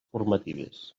formatives